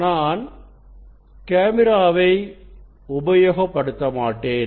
நான் கேமராவை உபயோகப்படுத்த மாட்டேன்